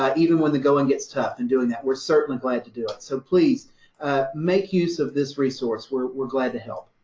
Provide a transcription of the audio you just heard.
ah even when the going gets tough and doing that, we're certainly glad to do it. so please make use of this resource. we're we're glad to help.